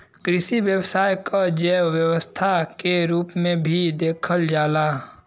कृषि व्यवसाय क जैव व्यवसाय के रूप में भी देखल जाला